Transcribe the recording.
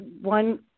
one